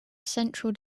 central